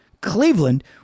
Cleveland